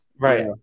Right